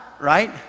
right